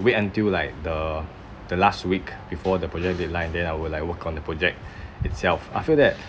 wait until like the the last week before the project deadline then I will like work on the project itself I feel that